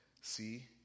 See